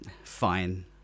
fine